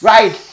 Right